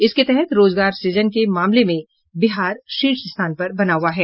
इसके तहत रोजगार सृजन के मामले में बिहार शीर्ष स्थान पर बना हुआ है